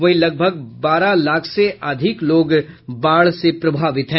वहीं लगभग बारह लाख से अधिक लोग बाढ़ से प्रभावित हैं